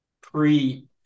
pre